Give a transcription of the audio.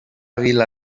vila